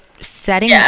setting